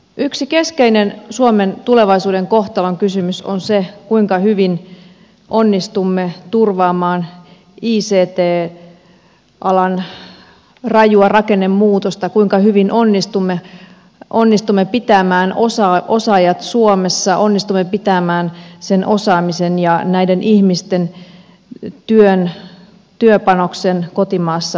yksi keskeinen suomen tulevaisuuden kohtalon kysymys on se kuinka hyvin onnistumme turvaamaan ict alan rajua rakennemuutosta kuinka hyvin onnistumme pitämään osaajat suomessa onnistumme pitämään sen osaamisen ja näiden ihmisten työpanoksen kotimaassamme